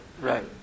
Right